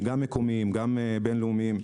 גם מקומיים וגם בין-לאומיים,